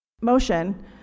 motion